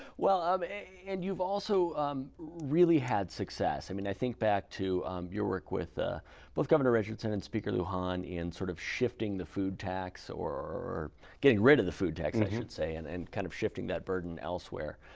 um and you've also really had success. i mean i think back to your work with ah but with governor richardson and speaker lujan in sort of shifting the food tax, or getting rid of the food tax, i should say, and and kind of shifting that burden elsewhere.